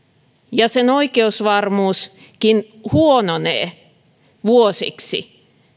ja sen oikeusvarmuuskin huononee vuosiksi